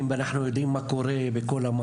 מקבלת הכשרה של-25